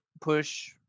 push